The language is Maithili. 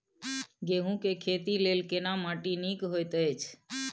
गेहूँ के खेती लेल केना माटी नीक होयत अछि?